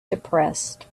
depressed